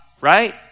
right